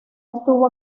estuvo